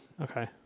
Okay